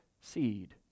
seed